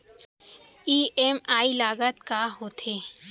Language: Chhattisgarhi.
ई.एम.आई लागत का होथे?